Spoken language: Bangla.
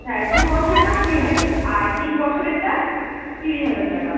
হ্যাঁ দু বছরেরটা কুড়ি হাজার আর তিন বছরেরটা তিরিশ হাজার টাকা